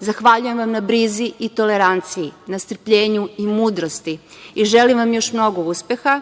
Zahvaljujem vam na brizi i toleranciji, na strpljenju i mudrosti i želim vam još mnogo uspeha,